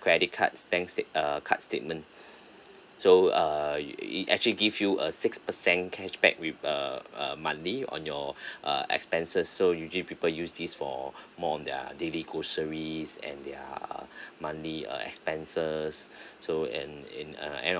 credit cards bank state~ uh card statement so uh i~ it actually give you a six percent cashback with uh uh monthly on your err expenses so usually people use this for more on their daily groceries and their monthly uh expenses so in in uh end of